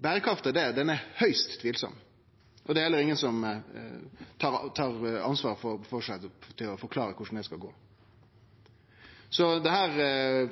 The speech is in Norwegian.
Berekrafta i det er høgst tvilsam, og det er heller ingen som tar ansvar for å forklare korleis det skal gå. Dette